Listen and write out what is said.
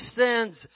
sins